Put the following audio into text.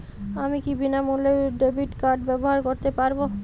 আমি কি বিনামূল্যে ডেবিট কার্ড ব্যাবহার করতে পারি?